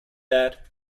that